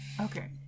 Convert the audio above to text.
Okay